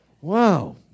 wow